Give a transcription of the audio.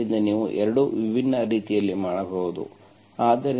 ಆದ್ದರಿಂದ ನೀವು 2 ವಿಭಿನ್ನ ರೀತಿಯಲ್ಲಿ ಮಾಡಬಹುದು